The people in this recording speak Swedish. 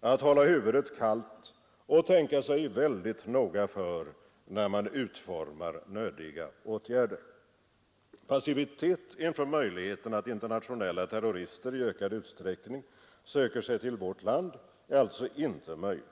att hålla huvudet kallt och tänka sig väldigt noga för när man utformar nödiga åtgärder. Passivitet inför möjligheten att internationella terrorister i ökad utsträckning söker sig till vårt land är alltså inte möjlig.